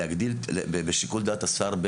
בשיקול דעת השר,